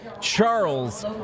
Charles